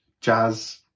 jazz